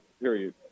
period